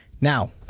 Now